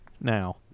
now